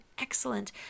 excellent